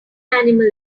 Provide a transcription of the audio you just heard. animal